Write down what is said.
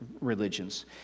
religions